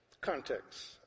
context